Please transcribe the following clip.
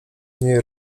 nie